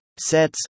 Sets